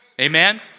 Amen